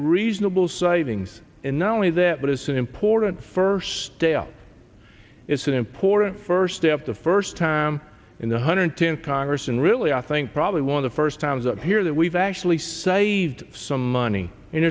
reasonable savings and not only that but it's an important first stale it's an important first step the first time in the hundred tenth congress and really i think probably one of the first times up here that we've actually saved some money and